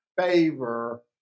favor